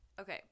Okay